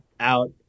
out